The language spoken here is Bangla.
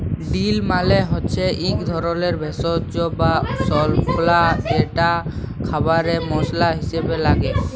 ডিল মালে হচ্যে এক ধরলের ভেষজ বা স্বল্পা যেটা খাবারে মসলা হিসেবে লাগে